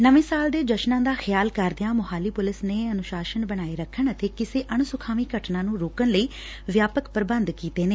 ਨਵੇਂ ਸਾਲ ਦੇ ਜਸ਼ਨਾਂ ਦਾ ਖਿਆਲ ਕਰਦਿਆਂ ਮੋਹਾਲੀ ਪੁਲਿਸ ਨੇ ਅਨੁਸ਼ਾਸਨ ਬਣਾਏ ਰੱਖਣ ਅਤੇ ਕਿਸੇ ਅਣਸੁਖਾਵੀ ਘਟਨਾ ਨੂੰ ਰੋਕਣ ਲਈ ਵਿਆਪਕ ਪੂਬੰਧ ਕੀਤੇ ਨੇ